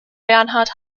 bernhard